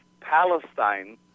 palestine